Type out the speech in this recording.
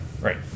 Right